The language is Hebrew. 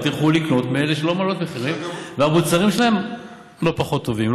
לקנות מאלה שלא מעלות מחירים והמוצרים שלהן לא פחות טובים,